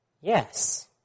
yes